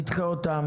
נדחה אותן,